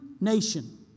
nation